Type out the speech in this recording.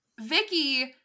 Vicky-